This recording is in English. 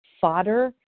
fodder